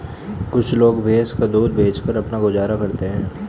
कुछ लोग भैंस का दूध बेचकर अपना गुजारा करते हैं